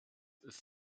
ist